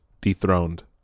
dethroned